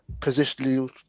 positionally